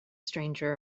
stranger